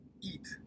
eat